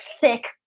thick